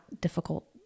difficult